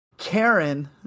Karen